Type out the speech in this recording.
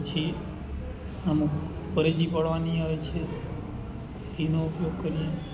પછી અમુક પરેજી પાળવાની આવે છે તેનો ઉપયોગ કરી